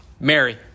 Mary